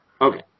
Okay